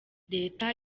leta